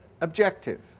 objective